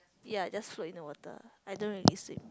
ya just float in the water I don't really swim